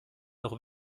noch